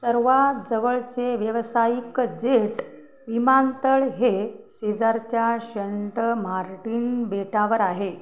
सर्वांत जवळचे व्यावसायिक जेट विमानतळ हे शेजारच्या शेंट मार्टिन बेटावर आहे